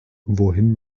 wohin